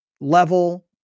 Level